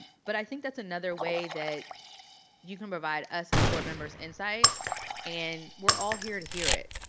but i think that's another way that you can provide us as board members insight and we're all here to hear it.